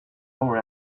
over